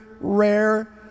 rare